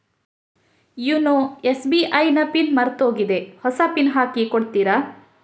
YONO SBI ನ PIN ಮರ್ತೋಗಿದೆ ಹೊಸ ಪಿನ್ ಹಾಕಿ ಕೊಡ್ತೀರಾ?